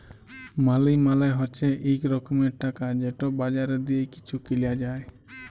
মালি মালে হছে ইক রকমের টাকা যেট বাজারে দিঁয়ে কিছু কিলা যায়